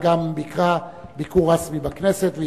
אבל גם ביקרה ביקור רשמי בכנסת,